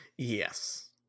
yes